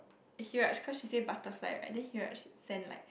cause you said butterfly right then Raj send like